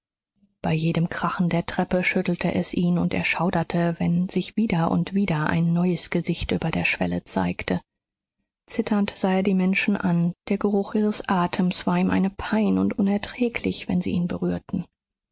bei jedem krachen der treppe schüttelte es ihn und er schauderte wenn sich wieder und wieder ein neues gesicht über der schwelle zeigte zitternd sah er die menschen an der geruch ihres atems war ihm eine pein und unerträglich wenn sie ihn berührten